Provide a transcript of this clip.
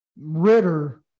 Ritter